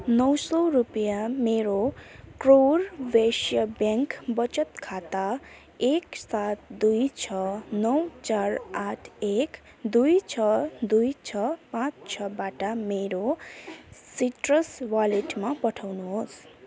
नौ सय रुपियाँ मेरो करुर वैष्य ब्याङ्क वचत खाता एक सात दुई छ नौ चार आठ एक दुई छ दुई छ पाँच छ बाटा मेरो सिट्रस वालेटमा पठाउनुहोस्